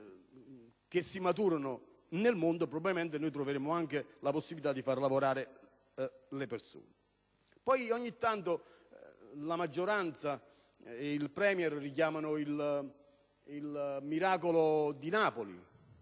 che maturano nel mondo, probabilmente troveremo anche il modo di far lavorare le persone. Ogni tanto, poi, la maggioranza e il premier richiamano il «miracolo di Napoli»